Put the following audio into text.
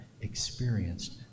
experienced